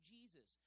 Jesus